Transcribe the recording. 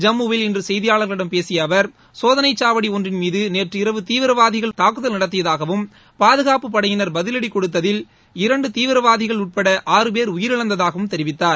ஜம்முவில் இன்று செய்தியாளர்களிடம் பேசிய அவர் சோதனை சாவடி ஒன்றின் மீது நேற்று இரவு தீவிரவாதிகள் தாக்குதல் நடத்தியதாகவும் பாதுகாப்புப் படையினர் பதிவடி கொடுத்ததில் இரண்டு தீவிரவாதிகள் உட்பட ஆறு பேர் உயிரிழந்ததாகவும் தெரிவித்தார்